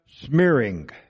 smearing